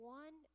one